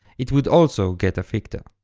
it would also get a ficta.